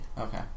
Okay